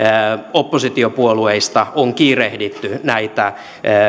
oppositiopuolueista on kiirehditty näitä